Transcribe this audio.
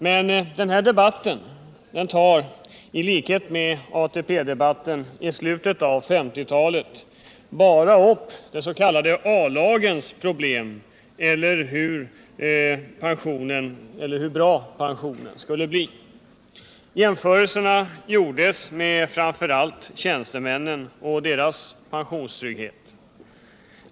Men denna debatt tar i likhet med ATP-debatten i slutet av 1950-talet bara upp des.k. A-lagens problem. Dessa gällde hur bra pensionen skulle bli. De jämförelser som gjordes gällde framför allt tjänstemännens pensionstrygghet.